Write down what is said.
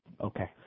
Okay